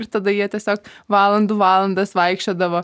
ir tada jie tiesiog valandų valandas vaikščiodavo